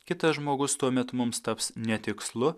kitas žmogus tuomet mums taps ne tikslu